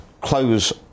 close